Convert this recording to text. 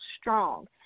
strong